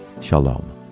Shalom